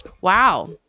Wow